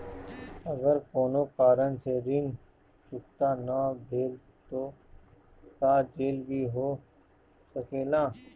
अगर कौनो कारण से ऋण चुकता न भेल तो का जेल भी हो सकेला?